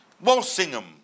Walsingham